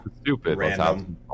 stupid